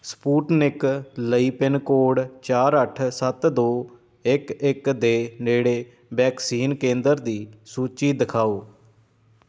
Sputnik ਲਈ pincode ਚਾਰ ਅੱਠ ਸੱਤ ਦੋ ਇੱਕ ਇੱਕ ਦੇ ਨੇੜੇ ਵੈਕਸੀਨ ਕੇਂਦਰ ਦੀ ਸੂਚੀ ਦਿਖਾਓ